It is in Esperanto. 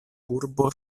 urbo